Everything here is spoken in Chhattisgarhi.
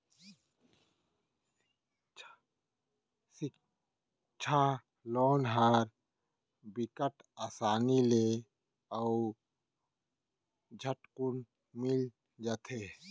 सिक्छा लोन ह बिकट असानी ले अउ झटकुन मिल जाथे